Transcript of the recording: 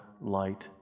Light